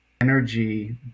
energy